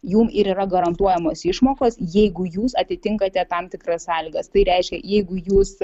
jum ir yra garantuojamos išmokos jeigu jūs atitinkate tam tikras sąlygas tai reiškia jeigu jūs